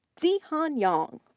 zhihan yang,